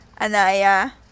Anaya